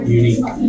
unique